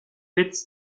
fait